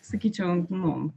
sakyčiau nu